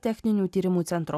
techninių tyrimų centro